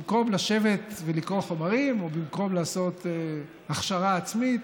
במקום לשבת ולקרוא חומרים או במקום לעשות הכשרה עצמית